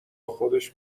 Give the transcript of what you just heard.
خودش